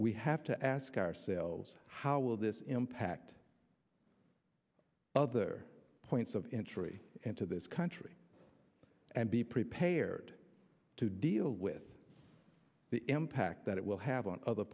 we have to ask ourselves how will this impact other points of entry into this country and be prepared to deal with the impact that it will have on other